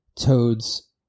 Toad's